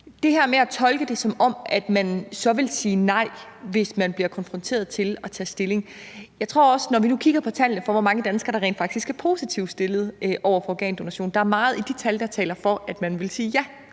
det her med at tolke det, som om man så vil sige nej, hvis man bliver konfronteret i forhold til at tage stilling. Når vi nu kigger på tallene for, hvor mange danskere der rent faktisk er positivt stemt over for organdonation, så er der meget i de tal, der taler for, at man ville sige ja,